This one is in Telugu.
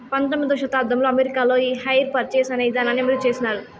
పంతొమ్మిదవ శతాబ్దంలో అమెరికాలో ఈ హైర్ పర్చేస్ అనే ఇదానాన్ని అభివృద్ధి చేసినారు